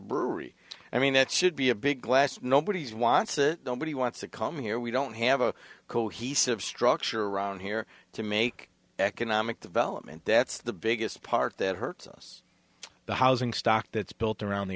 brewery i mean it should be a big glass nobody's wants to nobody wants to come here we don't have a cohesive structure around here to make economic development that's the biggest part that hurts us the housing stock that's built around the